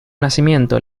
nacimiento